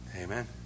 Amen